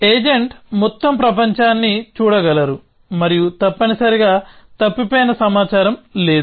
agent మొత్తం ప్రపంచాన్ని చూడగలరు మరియు తప్పనిసరిగా తప్పిపోయిన సమాచారం లేదు